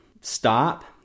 stop